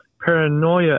paranoia